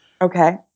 Okay